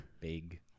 big